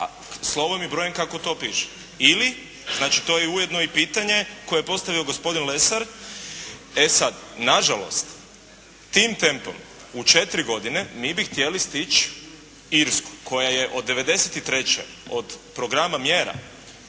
slovom i brojem kako to piše. Ili znači to je ujedno i pitanje koje je postavio gospodin Lesar. E sad nažalost tim tempom u 4 godine mi bi htjeli stići Irsku koja je od 1993., od programa mjera